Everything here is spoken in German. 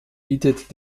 bietet